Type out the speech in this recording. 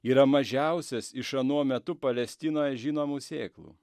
yra mažiausias iš anuo metu palestinoje žinomų sėklų